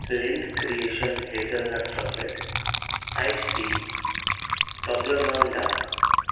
lint creation hazelnut chocolate ice tea Toblerone dark